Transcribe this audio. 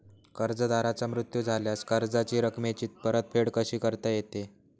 कर्जदाराचा मृत्यू झाल्यास कर्जाच्या रकमेची परतफेड कशी करता येते?